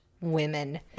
women